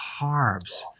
carbs